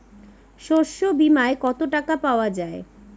শস্য বিমায় কত টাকা পাওয়া যায়?